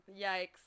Yikes